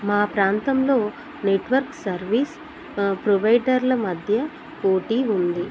మా ప్రాంతంలో network service ప్రొవైడర్ల మధ్య పోటీ ఉంది